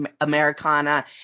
americana